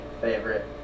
favorite